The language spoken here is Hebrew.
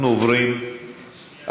אנחנו עוברים לחקיקה.